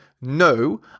no